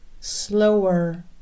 slower